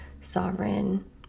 sovereign